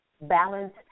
balance